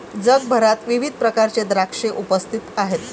जगभरात विविध प्रकारचे द्राक्षे उपस्थित आहेत